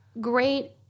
great